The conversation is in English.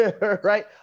right